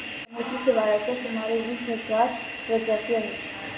समुद्री शेवाळाच्या सुमारे वीस हजार प्रजाती आहेत